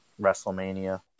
WrestleMania